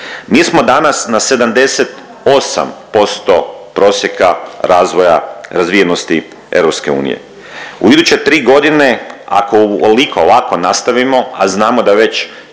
Mi smo danas na 78% prosjeka razvoja razvijenosti EU. U iduće 3 godine ako ovoliko ovako nastavimo, a znamo da već